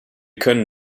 können